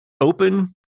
open